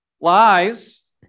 Lies